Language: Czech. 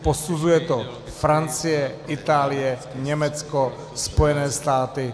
Posuzuje to Francie, Itálie, Německo, Spojené státy.